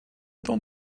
dent